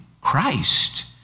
Christ